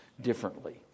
differently